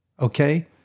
okay